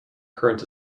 current